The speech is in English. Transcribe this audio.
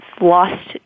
lost